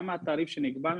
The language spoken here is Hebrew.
התעריף שנקבע,